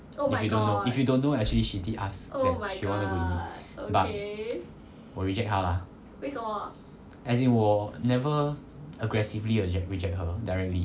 if you don't know if you don't know actually she did ask that she want to go with me but 我 reject 她啦 as in 我 never aggressively rej~ reject her directly